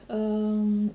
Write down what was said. um